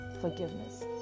Forgiveness